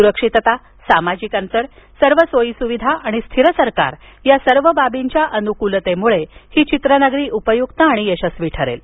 सुरक्षितता शारीरिक अंतर सर्व सोयीसुविधा आणि स्थिर सरकार या सर्व बाबींच्या अनुकूलतेमुळे ही चित्रनगरी उपयुक्त आणि यशस्वी ठरेल